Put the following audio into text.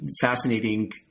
fascinating